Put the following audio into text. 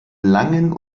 langen